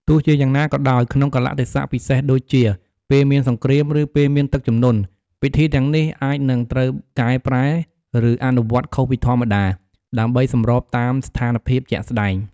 ទោះជាយ៉ាងណាក៏ដោយ ក្នុងកាលៈទេសៈពិសេសដូចជា ពេលមានសង្គ្រាម ឬ ពេលមានទឹកជំនន់ ពិធីទាំងនេះអាចនឹងត្រូវកែប្រែ ឬអនុវត្តន៍ខុសពីធម្មតា ដើម្បីសម្របតាមស្ថានភាពជាក់ស្តែង។